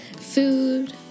Food